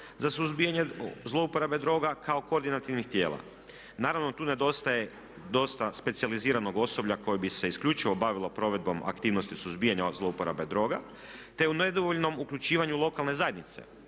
za suzbijanje zlouporabe droga kao koordinativnih tijela. Naravno tu nedostaje dosta specijaliziranog osoblja koje bi se isključivo bavilo provedbom aktivnosti suzbijanja zlouporabe droga te u nedovoljnom uključivanju lokalne zajednice,